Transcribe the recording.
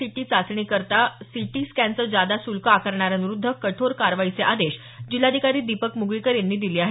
city चाचणी करता C T स्कॅनचं जादा शुल्क आकारणाऱ्यांविरूध्द कठोर कारवाईचे आदेश जिल्हाधिकारी दीपक मुगळीकर यांनी दिले आहेत